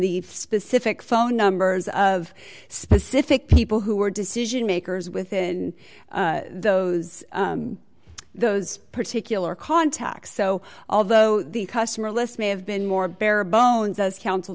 the specific phone numbers of specific people who are decision makers within those those particular contacts so although the customer list may have been more bare bones as coun